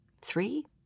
Three